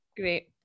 great